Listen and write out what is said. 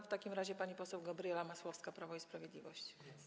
W takim razie pani poseł Gabriela Masłowska, Prawo i Sprawiedliwość.